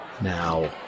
Now